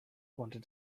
wanted